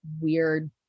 weird